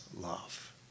love